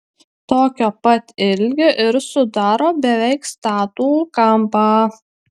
tokio pat ilgio ir sudaro beveik statų kampą